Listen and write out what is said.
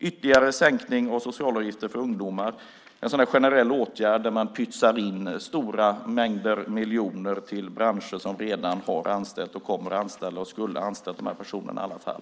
Ytterligare sänkning av socialavgiften för ungdomar är en sådan generell åtgärd där man pytsar in stora mängder miljoner till branscher som redan har anställt, som kommer att anställa och som skulle ha anställt de här personerna i alla fall.